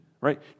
right